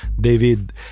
David